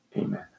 Amen